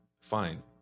fine